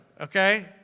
okay